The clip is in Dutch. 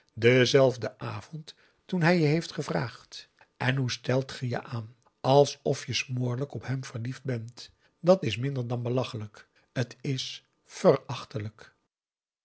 denzelfden avond toen hij je heeft gevraagd en hoe stelt ge je aan alsof je smoorlijk op hem verliefd bent dat is minder dan belachelijk t is